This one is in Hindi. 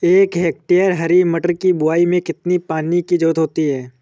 एक हेक्टेयर हरी मटर की बुवाई में कितनी पानी की ज़रुरत होती है?